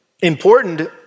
important